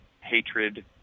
hatred